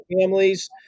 families